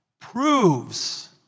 proves